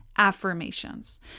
affirmations